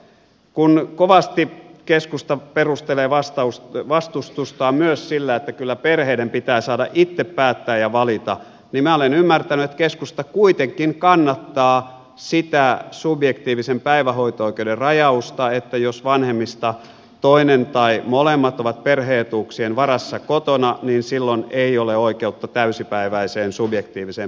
kun kovasti keskusta perustelee vastustustaan myös sillä että kyllä perheiden pitää saada itse päättää ja valita niin minä olen ymmärtänyt että keskusta kuitenkin kannattaa sitä subjektiivisen päivähoito oikeuden rajausta että jos vanhemmista toinen tai molemmat ovat perhe etuuksien varassa kotona niin silloin ei ole oikeutta täysipäiväiseen subjektiiviseen päivähoitoon